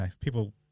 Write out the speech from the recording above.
people